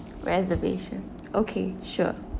reservation okay sure